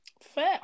Fair